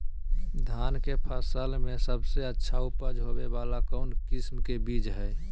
धान के फसल में सबसे अच्छा उपज होबे वाला कौन किस्म के बीज हय?